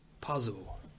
puzzle